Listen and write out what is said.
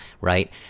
right